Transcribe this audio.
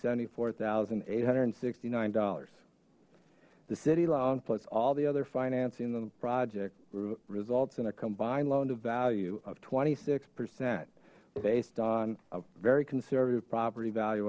seventy four thousand eight hundred and sixty nine dollars the city lawn puts all the other financing the project results in a combined loan to value of twenty six percent based on a very conservative property valu